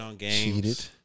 Cheated